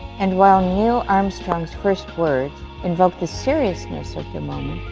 and while neil armstrong's first words invoked the seriousness of the moment,